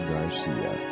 Garcia